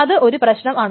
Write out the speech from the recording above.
അത് ഒരു പ്രശ്നമാണ്